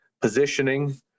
positioning